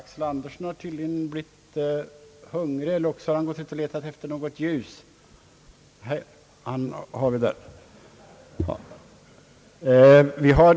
Förlåt, herr landstingsråd!]